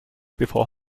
before